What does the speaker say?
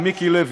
מיקי לוי.